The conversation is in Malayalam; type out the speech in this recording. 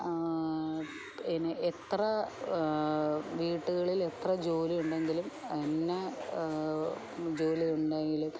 എനിക്ക് എത്ര വീട്ട്കളിൽ എത്ര ജോലി ഉണ്ടെങ്കിലും എന്നാ ജോലി ഉണ്ടെങ്കിലും